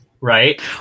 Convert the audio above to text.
Right